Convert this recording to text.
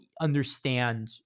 understand